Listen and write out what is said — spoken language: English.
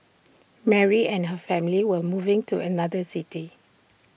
Mary and her family were moving to another city